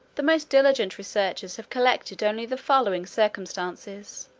the most diligent researches have collected only the following circumstances